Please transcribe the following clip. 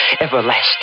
everlasting